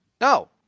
No